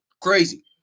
Crazy